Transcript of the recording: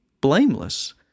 blameless